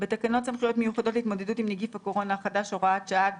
"תיקון תקנה 1 בתקנות סמכויות מיוחדות להתמודדות עם נגיף